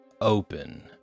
open